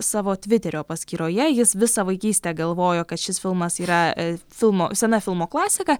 savo tviterio paskyroje jis visą vaikystę galvojo kad šis filmas yra filmo sena filmo klasika